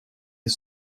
est